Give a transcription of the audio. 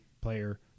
player